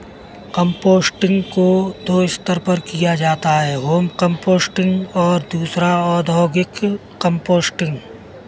composting को दो स्तर पर किया जाता है होम कंपोस्टिंग और दूसरा औद्योगिक कंपोस्टिंग